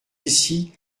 ici